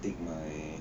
take my